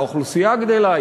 האוכלוסייה גדלה,